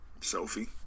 Sophie